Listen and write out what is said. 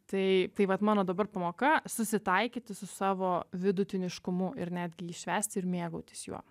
tai tai vat mano dabar pamoka susitaikyti su savo vidutiniškumu ir netgi jį švęsti ir mėgautis juo